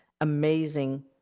amazing